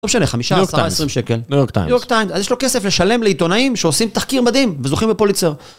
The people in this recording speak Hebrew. לא משנה, חמישה, עשרה, עשרים שקל, New York Times, אז יש לו כסף לשלם לעיתונאים שעושים תחקיר מדהים וזוכים בפוליצר.